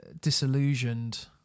disillusioned